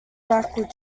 backward